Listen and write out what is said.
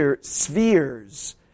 spheres